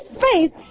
faith